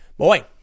Boy